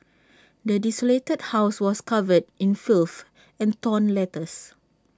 the desolated house was covered in filth and torn letters